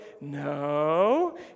no